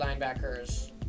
linebackers